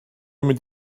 mynd